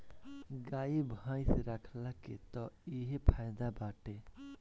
गाई भइस रखला के तअ इहे फायदा बाटे